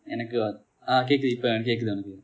எனக்கு:enakku ah கேட்குது இப்போ கேட்குது:ketkuthu ippo ketkuthu